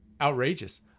outrageous